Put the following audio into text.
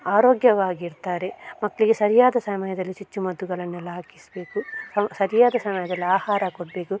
ಆರೋಗ್ಯವಾಗಿರ್ತಾರೆ ಮಕ್ಕಳಿಗೆ ಸರಿಯಾದ ಸಮಯದಲ್ಲಿ ಚುಚ್ಚುಮದ್ದುಗಳನೆಲ್ಲ ಹಾಕಿಸಬೇಕು ಸರಿಯಾದ ಸಮಯದಲ್ಲಿ ಆಹಾರ ಕೊಡಬೇಕು